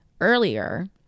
earlier